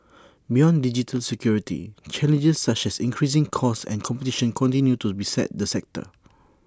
beyond digital security challenges such as increasing costs and competition continue to beset the sector